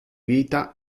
vita